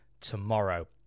tomorrow